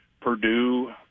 Purdue